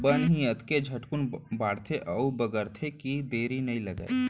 बन ही अतके झटकुन बाढ़थे अउ बगरथे कि देरी नइ लागय